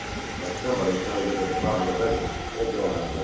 like somebody is trying to give the department the business. get going, ah